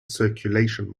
circulation